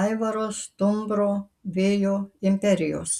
aivaro stumbro vėjo imperijos